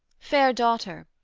fair daughter,